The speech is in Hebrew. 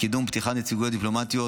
קידום פתיחת נציגויות דיפלומטיות